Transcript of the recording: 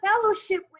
fellowship